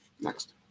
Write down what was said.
Next